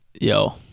yo